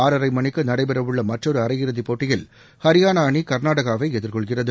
ஆறரைமணிக்குநடைபெறவுள்ளமற்றொருஅரையிறுதிப் இரவு போட்டியில் ஹரியானாஅணி கர்நாடகாவைஎதிர்கொள்கிறது